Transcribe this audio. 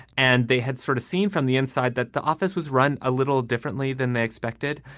and they had sort of seen from the inside that the office was run a little differently than they expected,